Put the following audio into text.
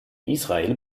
israel